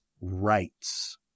rights